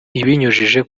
ibinyujije